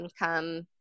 income